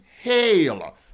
hail